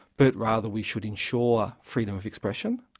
but rather we should ensure freedom of expression,